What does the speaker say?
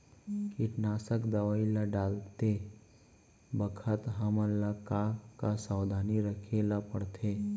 कीटनाशक दवई ल डालते बखत हमन ल का का सावधानी रखें ल पड़थे?